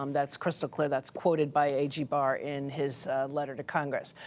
um that's crystal clear. that's quoted by a g. barr in his letter to congress.